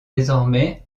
désormais